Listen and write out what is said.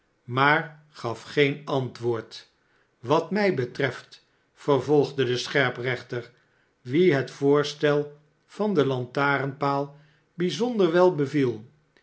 maar gaf geen antwoord wat mij betreft vervolgde de scherprechter wien het voorstel van den lantarenpaal bijzonder wel beviel